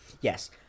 yes